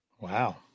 Wow